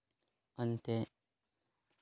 ᱦᱟᱱᱛᱮ